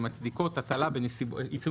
שמצדיקות הטלת עיצום